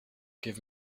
give